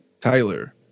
Tyler